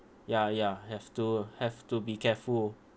ya ya have to ah have to be careful